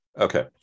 Okay